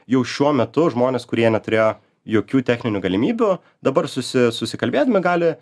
jau šiuo metu žmonės kurie neturėjo jokių techninių galimybių dabar susi susikalbėdami gali